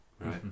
Right